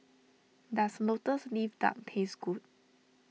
does Lotus Leaf Duck taste good